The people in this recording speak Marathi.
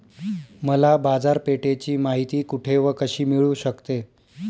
मला बाजारपेठेची माहिती कुठे व कशी मिळू शकते?